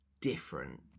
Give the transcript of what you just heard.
different